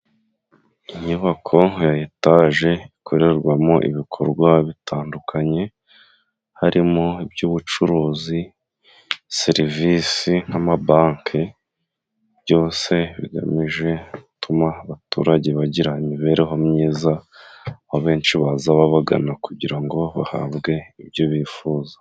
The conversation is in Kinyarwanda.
Inyubako nka etaje ikorerwamo ibikorwa bitandukanye harimo: iby'ubucuruzi, serivise nk'amabanke, byose bigamije gutuma abaturage bagira imibereho myiza. Abenshi baza babagana kugira ngo bahabwe ibyo bifuza.